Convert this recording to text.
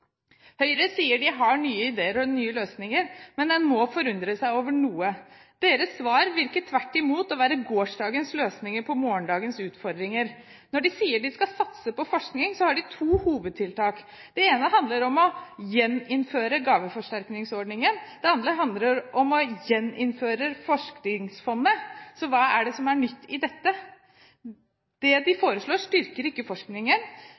Høyre sier de har nye ideer og nye løsninger, men man må forundre seg over noe. Deres svar virker tvert imot å være gårsdagens løsninger på morgendagens utfordringer. Når de sier de skal satse på forskning, har de to hovedtiltak. Det ene handler om å gjeninnføre gaveforsterkningsordningen. Det andre handler om å gjeninnføre Forskningsfondet. Så hva er det som er nytt i dette? Det de